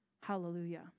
Hallelujah